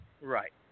Right